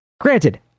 granted